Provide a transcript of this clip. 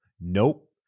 Nope